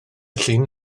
llun